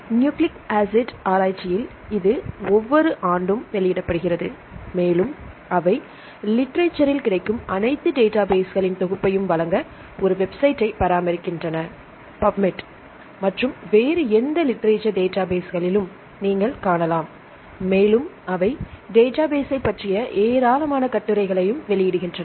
nucleic acid ஆராய்ச்சியில் இது ஒவ்வொரு ஆண்டும் வெளியிடப்படுகிறது மேலும் அவை லிட்ரேசர்ல் கிடைக்கும் அனைத்து டேட்டாபேஸ்களின் தொகுப்பையும் வழங்க ஒரு வெப்சைட்டைப் பராமரிக்கின்றன